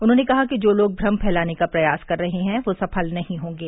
उन्होंने कहा कि जो लोग भ्रम फैलाने का प्रयास कर रहे हैं वे सफल नहीं होंगे